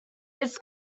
its